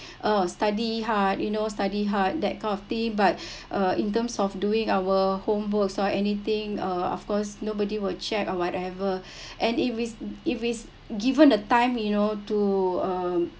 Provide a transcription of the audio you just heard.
uh study hard you know study hard that kind of thing but uh in terms of doing our homework or anything uh of course nobody will check or whatever and if it's if it's given a time you know to um